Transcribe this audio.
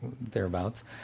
thereabouts